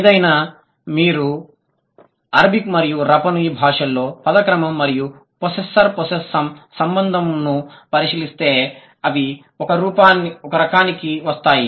ఏదేమైనా మీరు అరబిక్ మరియు రాపా నుయ్ భాషల్లో పద క్రమం మరియు పొస్సెస్సర్ పొస్సెస్సామ్ సంబంధంను పరిశీలిస్తే అవి ఒకే రకానికి వస్తాయి